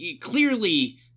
clearly